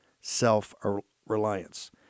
self-reliance